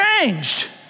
changed